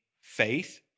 faith